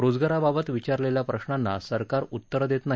रोजगाराबाबत विचारलेल्या प्रशांना सरकार उत्तर देत नाही